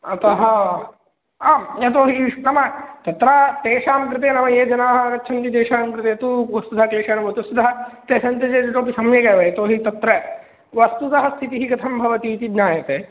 अतः आम् यतो हि नाम तत्र तेषां कृते नाम ये जनाः आगच्छन्ति तेषां कृते तु वस्तुतः क्लेशः न भवति वस्तुतः तेषां कृते इतोपि सम्यगेव यतोहि तत्र वस्तुतः स्थितिः कथं भवति इति ज्ञायते